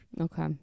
Okay